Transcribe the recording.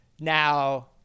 Now